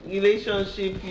Relationship